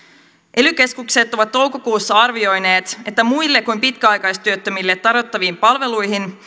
ely keskukset ovat toukokuussa arvioineet että muille kuin pitkäaikaistyöttömille tarjottaviin palveluihin